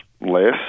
less